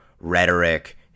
rhetoric